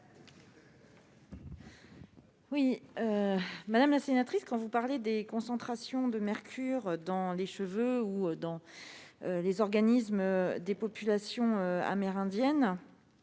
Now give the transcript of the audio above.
? Madame la sénatrice, la concentration de mercure dans les cheveux ou dans les organismes des populations amérindienne